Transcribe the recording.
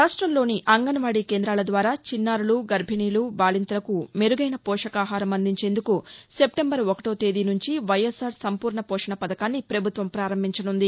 రాష్ట్రంలోని అంగన్వాదీ కేందాల ద్వారా చిన్నారులు గర్బిణులు బాలింతలకు మెరుగైన పోషకాహారం అందించేందుకు సెప్టెంబర్ ఒకటో తేదీ నుంచి వైఎస్సార్ సంపూర్ణ పోషణ పథకాన్ని పథభుత్వం ప్రారంభించనుంది